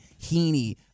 Heaney